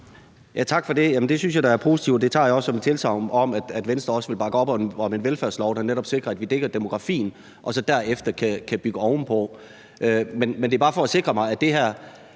Tak for det. Det synes jeg da er positivt, og det tager jeg som et tilsagn om, at Venstre også vil bakke op om en velfærdslov, der netop sikrer, at vi dækker demografien, og at vi så derefter kan bygge ovenpå. Men det er bare for at sikre mig, at det her